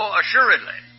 assuredly